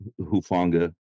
Hufanga